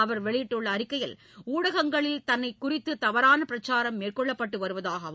அவர் வெளியிட்டுள்ள அறிக்கையில் ஊடகங்களில் தன்னைக் குறித்து தவறான பிரச்சாரம் மேற்கொள்ளப்பட்டு வருவதாகவும்